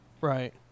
Right